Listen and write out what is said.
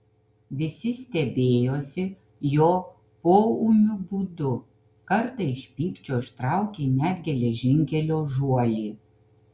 visi stebėjosi jo poūmiu būdu kartą iš pykčio ištraukė net geležinkelio žuolį